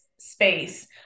Space